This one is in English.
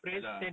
ya lah